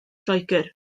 lloegr